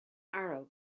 arrow